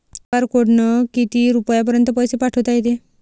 QR कोडनं किती रुपयापर्यंत पैसे पाठोता येते?